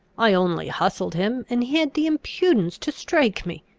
i only hustled him, and he had the impudence to strike me.